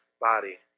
body